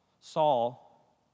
Saul